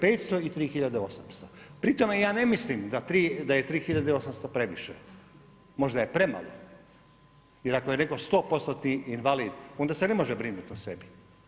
1500 i 3800. pri tome ja ne mislim da je 3800 previše, možda je premalo, jer ako je netko stopostotni invalid onda se ne može brinut o sebi.